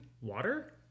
water